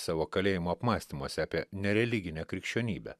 savo kalėjimo apmąstymuose apie nereliginę krikščionybę